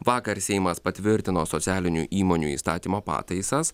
vakar seimas patvirtino socialinių įmonių įstatymo pataisas